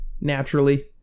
naturally